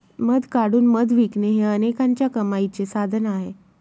मध काढून मध विकणे हे अनेकांच्या कमाईचे साधन आहे